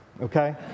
Okay